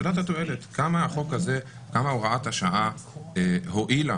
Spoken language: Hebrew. שאלת התועלת כמה הוראת השעה הועילה